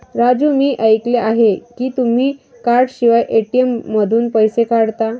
राजू मी ऐकले आहे की तुम्ही कार्डशिवाय ए.टी.एम मधून पैसे काढता